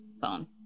phone